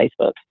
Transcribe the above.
Facebook